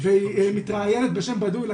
והיא מתראיינת בשם בדוי לגרדיאן,